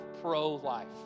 pro-life